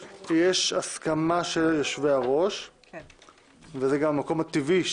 בקשת יושב-ראש ועדת הכלכלה להעברת הצעה לסדר-היום